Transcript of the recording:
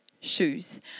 shoes